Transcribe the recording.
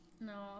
no